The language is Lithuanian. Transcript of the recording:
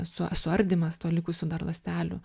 su suardymas to likusių dar ląstelių